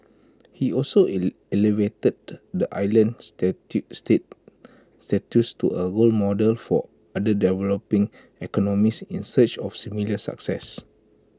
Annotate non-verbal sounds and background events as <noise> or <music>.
he also <hesitation> elevated the island status state status to A <unintelligible> model for other developing economies in search of similar success